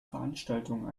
veranstaltungen